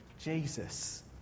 Jesus